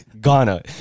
Ghana